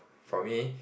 for me